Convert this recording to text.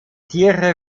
tiere